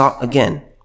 again